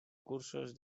cursos